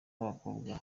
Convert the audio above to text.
b’abakobwa